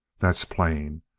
that's plain.